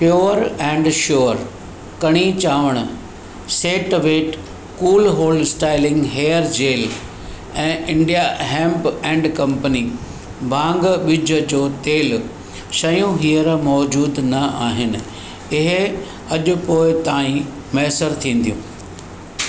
pure and sure कणी चांवण set wet cool hold styling hair gel ऐं India hemp and company भांग विज जो तेलु शयूं हींअर मौजूद न आहिनि इहे अॼु पोएं ताईं मुयसरु थींदियूं